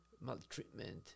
maltreatment